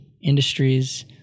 industries